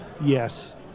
yes